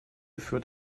führt